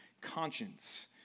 conscience